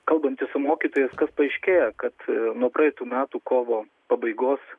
kalbantis su mokytojais kad paaiškėja kad nuo praeitų metų kovo pabaigos